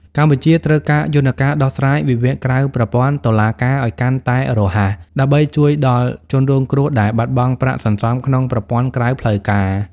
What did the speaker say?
កម្ពុជាត្រូវការយន្តការដោះស្រាយវិវាទក្រៅប្រព័ន្ធតុលាការឱ្យកាន់តែរហ័ស ដើម្បីជួយដល់ជនរងគ្រោះដែលបាត់បង់ប្រាក់សន្សំក្នុងប្រព័ន្ធក្រៅផ្លូវការ។